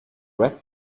red